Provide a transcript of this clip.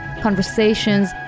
conversations